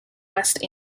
west